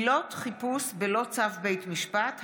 (עילות חיפוש בלא צו בית משפט),